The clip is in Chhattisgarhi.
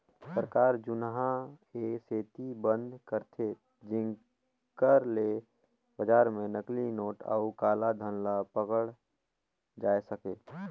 सरकार जुनहा ए सेती बंद करथे जेकर ले बजार में नकली नोट अउ काला धन ल पकड़ल जाए सके